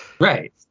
Right